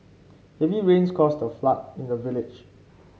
heavy rains caused a flood in the village